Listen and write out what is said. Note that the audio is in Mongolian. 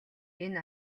энэ